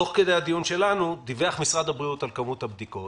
תוך כדי הדיון שלנו דיווח משרד הבריאות על כמות הבדיקות,